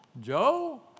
Joe